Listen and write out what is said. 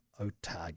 Otago